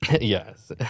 Yes